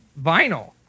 Vinyl